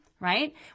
right